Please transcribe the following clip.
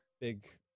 big